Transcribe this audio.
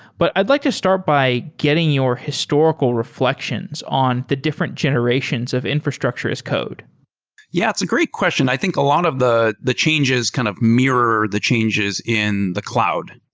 but i'd like to start by getting your historical refl ections on the different generations of infrastructure as code yeah. it's a great question. i think a lot of the the changes kind of mirror the changes in the cloud,